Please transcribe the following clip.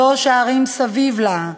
זו שהרים סביב לה,